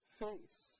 face